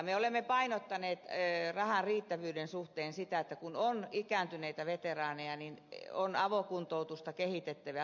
me olemme painottaneet rahan riittävyyden suhteen sitä että kun on ikääntyneitä veteraaneja niin on avokuntoutusta kehitettävä ja laitettava